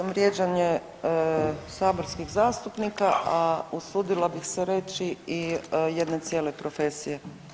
238. vrijeđanje saborskih zastupnika, a usudila bih se reći i jedne cijele profesije.